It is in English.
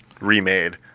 remade